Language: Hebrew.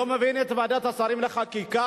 אני ממש לא מבין את ועדת השרים לחקיקה,